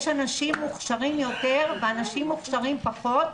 יש אנשים מוכשרים יותר ואנשים מוכשרים פחות.